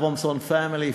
Abramson family,